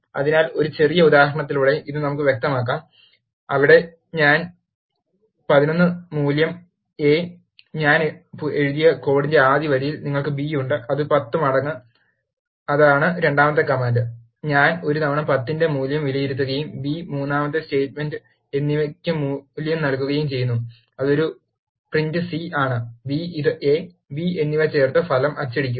അതിനാൽ ഒരു ചെറിയ ഉദാഹരണത്തിലൂടെ ഇത് നമുക്ക് വ്യക്തമാക്കാം അവിടെ ഞാൻ 11 മൂല്യം a ഞാൻ എഴുതിയ കോഡിന്റെ ആദ്യ വരിയിൽ നിങ്ങൾക്ക് b ഉണ്ട് അത് 10 മടങ്ങ് അതാണ് രണ്ടാമത്തെ കമാൻഡ് ഞാൻ ഒരു തവണ 10 ന്റെ മൂല്യം വിലയിരുത്തുകയും ബി മൂന്നാമത്തെ സ്റ്റേറ്റ്മെന്റ് എന്നിവയ്ക്ക് മൂല്യം നൽകുകയും ചെയ്യുന്നു അത് ഒരു പ്രിന്റ് സി ആണ് b ഇത് a b എന്നിവ ചേർത്ത് ഫലം അച്ചടിക്കുക